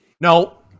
No